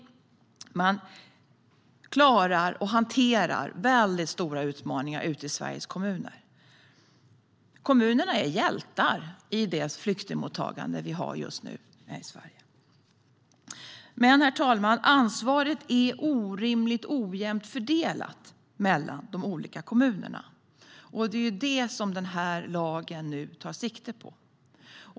Man klarar och hanterar väldigt stora utmaningar ute i Sveriges kommuner. Kommunerna är hjältar i det flyktingmottagande vi har just nu. Men, herr talman, ansvaret är orimligt ojämnt fördelat mellan de olika kommunerna. Det är det som den här lagen nu tar sikte på.